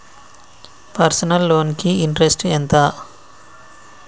Personal loan కి interest ఎంత?